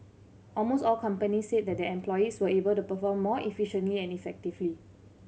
almost all companies said that their employees were able to perform more efficiently and effectively